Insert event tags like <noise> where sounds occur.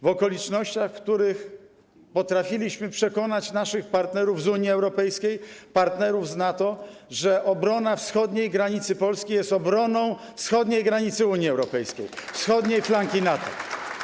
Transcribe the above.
W okolicznościach, w których potrafiliśmy przekonać naszych partnerów z Unii Europejskiej, partnerów z NATO, że obrona wschodniej granicy Polski jest obroną wschodniej granicy Unii Europejskiej <applause> i wschodniej flanki NATO.